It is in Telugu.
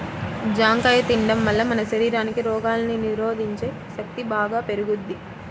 జాంకాయ తిండం వల్ల మన శరీరానికి రోగాల్ని నిరోధించే శక్తి బాగా పెరుగుద్ది